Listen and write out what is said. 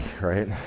right